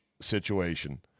situation